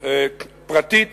פרטית